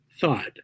thought